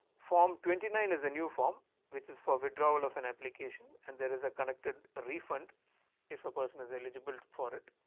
form twenty nine is a new form which is for withdrawal of an application and there is a connected refund if a person is eligible for it